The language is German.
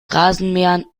rasenmähern